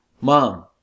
Mom